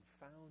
found